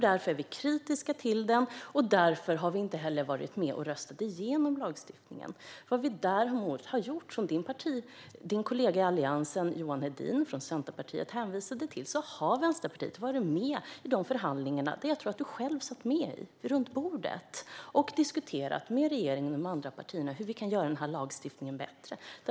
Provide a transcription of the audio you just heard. Därför är vi kritiska till lagstiftningen, och därför har vi inte heller varit med och röstat igenom den. Vänsterpartiet har däremot, som Roger Haddads allianskollega Johan Hedin hänvisade till, varit med i förhandlingar där jag tror att Roger Haddad själv satt med vid bordet. Vi har diskuterat med regeringen och de andra partierna hur vi kan göra den här lagstiftningen bättre.